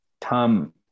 Tom